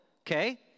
Okay